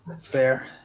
Fair